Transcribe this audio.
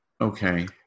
Okay